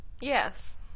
Yes